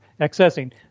accessing